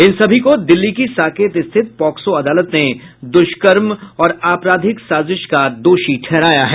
इन सभी को दिल्ली की साकेत रिथित पॉक्सो अदालत ने दुष्कर्म और आपराधिक साजिश का दोषी ठहराया है